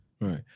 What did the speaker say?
Right